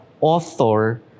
author